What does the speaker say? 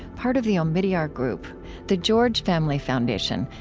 part of the omidyar group the george family foundation,